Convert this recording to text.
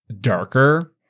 darker